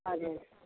हजुर